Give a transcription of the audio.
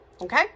Okay